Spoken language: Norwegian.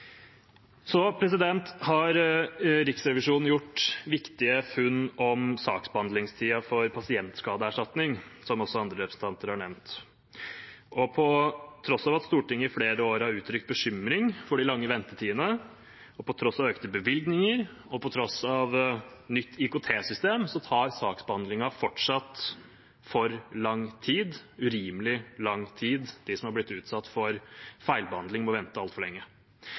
Så har Riksrevisjonen gjort viktige funn om saksbehandlingstiden for pasientskadeerstatning, som også andre representanter har nevnt. På tross av at Stortinget i flere år har uttrykt bekymring for de lange ventetidene, på tross av økte bevilgninger og på tross av nytt IKT-system tar saksbehandlingen fortsatt for lang tid, urimelig lang tid. De som er blitt utsatt for feilbehandling, må vente altfor lenge.